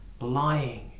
lying